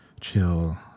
chill